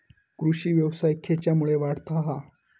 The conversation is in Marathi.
कृषीव्यवसाय खेच्यामुळे वाढता हा?